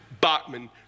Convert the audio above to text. Bachman